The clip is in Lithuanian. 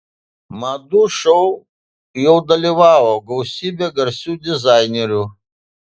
madų šou jau dalyvavo gausybė garsių dizainerių